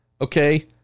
okay